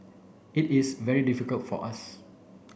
it is very difficult for us